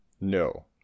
no